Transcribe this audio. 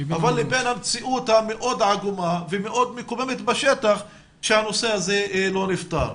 אבל בין המציאות המאוד עגומה ומאוד מקוממת בשטח שהנושא הזה לא נפתר.